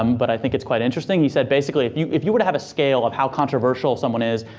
um but i think it's quite interesting he said basically, if you if you were to have a scale of how controversial someone is,